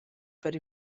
per